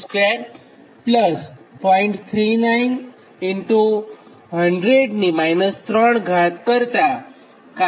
39100 3 કરતાં 97